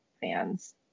fans